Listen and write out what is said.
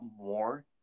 more